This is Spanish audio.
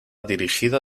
dirigida